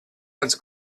als